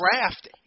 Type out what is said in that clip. draft